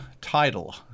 title